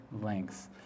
lengths